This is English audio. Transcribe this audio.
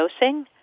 dosing